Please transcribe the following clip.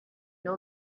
know